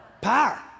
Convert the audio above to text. Power